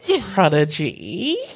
prodigy